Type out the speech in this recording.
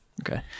Okay